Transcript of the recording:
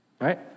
right